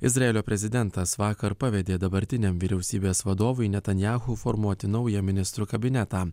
izraelio prezidentas vakar pavedė dabartiniam vyriausybės vadovui netanyahu formuoti naują ministrų kabinetą